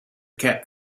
cap